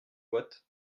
boîte